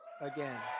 again